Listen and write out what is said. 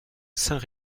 saint